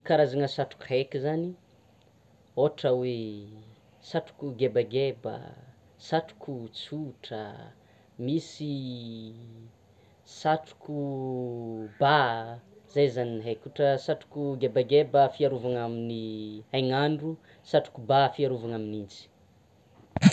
Karazana satroko haiky zany misy gebageba, satroko tsotra, misy satroko ba zay zany ny haiko, ohatra satroko gebageba fiarovana amin'ny hainandro, satroko ba fiarovana amin'ny gnintsy.